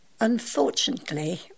Unfortunately